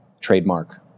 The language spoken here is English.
trademark